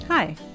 Hi